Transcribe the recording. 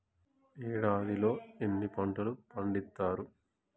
ఏడాదిలో ఎన్ని పంటలు పండిత్తరు?